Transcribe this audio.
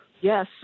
yes